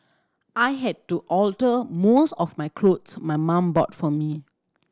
I had to alter most of my clothes my mum bought for me